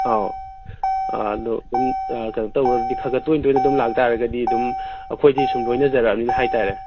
ꯑꯧ ꯑꯥ ꯑꯗꯨ ꯑꯗꯨꯝ ꯑꯥ ꯀꯩꯅꯣ ꯇꯧꯔꯒꯗꯤ ꯈꯔ ꯈꯔ ꯇꯣꯏ ꯇꯣꯏꯅ ꯑꯗꯨꯝ ꯂꯥꯛꯇꯔꯒꯗꯤ ꯑꯗꯨꯝ ꯑꯩꯈꯣꯏꯗꯤ ꯁꯨꯝ ꯂꯣꯏꯅꯖꯔꯛꯑꯃꯤꯅ ꯍꯥꯏꯇꯔꯦ